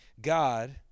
God